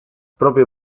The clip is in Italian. proprio